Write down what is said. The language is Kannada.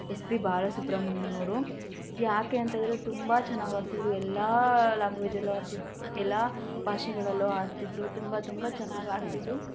ಎಸ್ ಪಿ ಬಾಲಸುಬ್ರಹ್ಮಣ್ಯವ್ರು ಯಾಕೆ ಅಂತ ಅಂದರೆ ತುಂಬ ಚೆನ್ನಾಗಿ ಹಾಡ್ತಿದ್ರು ಎಲ್ಲ ಲಾಂಗ್ವೆಜಲ್ಲೂ ಹಾಡ್ತಿದ್ ಎಲ್ಲ ಭಾಷೆಗಳಲ್ಲೂ ಹಾಡ್ತಿದ್ರು ತುಂಬ ತುಂಬ ಚೆನ್ನಾಗಿ ಹಾಡ್ತಿದ್ರು